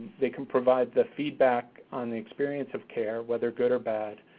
they can provide the feedback on the experience of care, whether good or bad,